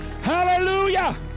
Hallelujah